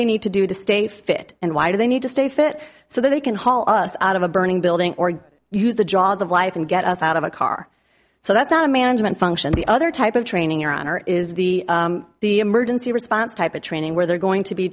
they need to do to stay fit and why do they need to stay fit so they can haul us out of a burning building or use the jaws of life and get us out of a car so that's not a management function the other type of training or honor is the the emergency response type of training where they're going to be